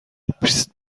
بیست